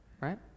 Right